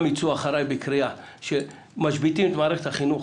יצאו אחרי בקריאה שמשביתים את מערכת החינוך